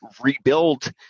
rebuild